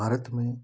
भारत में